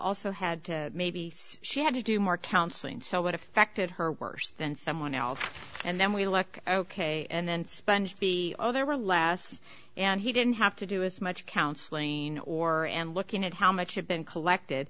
also had to maybe she had to do more counseling so what affected her worse than someone else and then we look ok and then sponge be there were less and he didn't have to do as much counseling or and looking at how much had been collected